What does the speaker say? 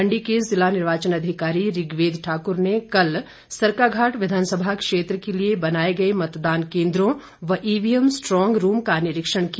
मंडी के जिला निर्वाचन अधिकारी ऋग्वेद ठाकुर ने कल सरकाघाट विधानसभा क्षेत्र के लिए बनाए गए मतदान केंद्रों व ईवीएम स्ट्रांग रूम का निरीक्षण किया